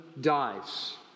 dies